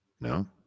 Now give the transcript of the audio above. no